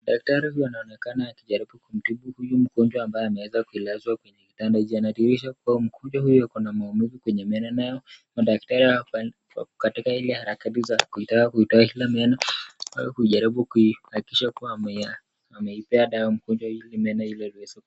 Daktari huyu anaonekana akijaribu kumtibu huyu mgonjwa ambaye ameweza kulazwa kwenye kitanda hiki , anadhiirisha kuwa mgonjwa huyu ako na maumivu kwenye meno nayo madaktari wapo katika ile harakati ya kutaka kuitoa ile meno. Anataka kujaribu kuhakikisha kuwa amempea dawa mgonjwa huyu ili meno iweze kupona.